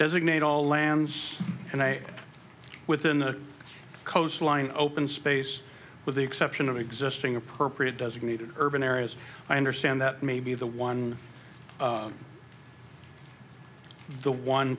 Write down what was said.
designate all lands and i within the coastline open space with the exception of existing appropriate designated urban areas i understand that may be the one the one